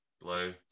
Blue